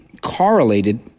correlated